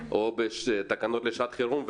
או בתקנות לשעת חירום.